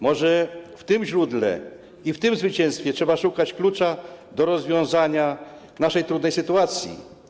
Może w tym źródle i w tym zwycięstwie trzeba szukać klucza do rozwiązania naszej trudnej sytuacji?